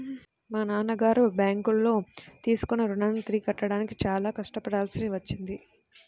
మా నాన్నగారు బ్యేంకులో తీసుకున్న రుణాన్ని తిరిగి కట్టడానికి చాలా కష్టపడాల్సి వచ్చింది